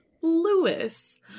Lewis